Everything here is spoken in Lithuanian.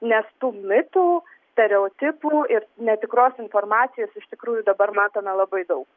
nes tų mitų stereotipų ir netikros informacijos iš tikrųjų dabar matome labai daug